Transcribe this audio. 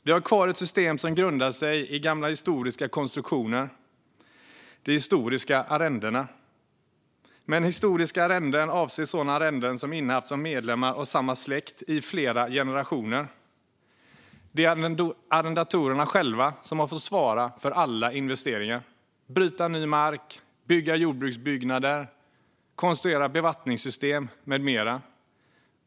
Vi har kvar ett system som grundar sig i gamla historiska konstruktioner, de historiska arrendena. Med historiska arrenden avses sådana arrenden som innehafts av medlemmar av samma släkt i flera generationer. Det är arrendatorerna själva som har fått svara för alla investeringar, som har fått bryta ny mark, bygga jordbruksbyggnader, konstruera bevattningssystem med mera.